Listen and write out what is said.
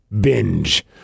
Binge